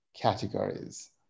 categories